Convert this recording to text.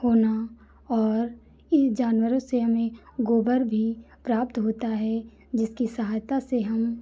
होना और यह जानवरों से हमें गोबर भी प्राप्त होता है जिसकी सहायता से हम